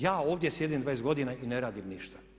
Ja ovdje sjedim 20 godina i ne radim ništa?